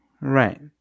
Right